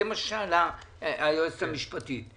זה מה ששאלה היועצת המשפטית,